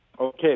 okay